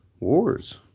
Wars